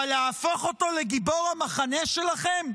אבל להפוך אותו לגיבור המחנה שלכם?